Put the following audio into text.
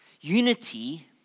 Unity